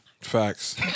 Facts